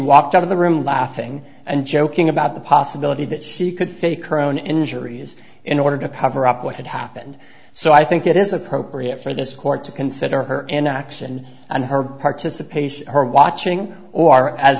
walked out of the room laughing and joking about the possibility that she could fake her own injuries in order to cover up what had happened so i think it is appropriate for this court to consider her in action and her participation her watching or as